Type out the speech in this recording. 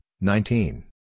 nineteen